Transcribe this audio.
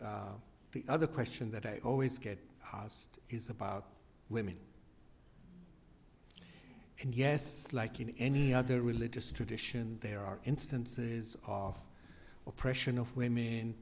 m the other question that i always get asked is about women and yes like in any other religious tradition there are instances of oppression of women